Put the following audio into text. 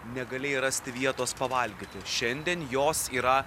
negalėjai rasti vietos pavalgyti šiandien jos yra